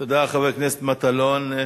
תודה, חבר הכנסת מטלון.